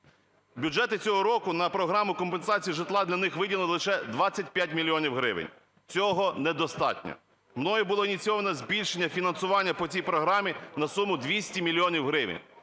Бюджетом цього року на програму "компенсація житла" для них виділено лише 25 мільйонів гривень. Цього недостатньо. Мною було ініційовано збільшення фінансування по цій програмі на суму 200 мільйонів